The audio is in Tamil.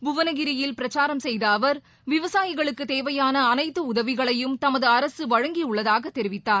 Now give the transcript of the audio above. புவனகிரியில் பிரச்சாரம் செய்த அவர் விவசாயிகளுக்கு தேவையான அனைத்து உதவிகளையும் தமது அரசு வழங்கியுள்ளதாக தெரிவித்தார்